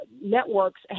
networks